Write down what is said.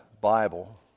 Bible